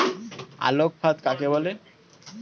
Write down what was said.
আলোক ফাঁদ কাকে বলে?